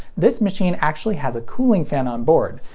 this machine actually has a cooling fan onboard,